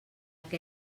què